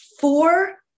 Four